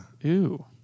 Ew